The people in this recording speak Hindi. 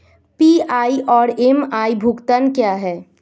पी.आई और एम.आई भुगतान क्या हैं?